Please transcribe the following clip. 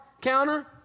counter